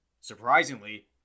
Surprisingly